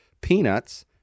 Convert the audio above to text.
peanuts